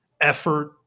effort